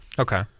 Okay